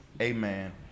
Amen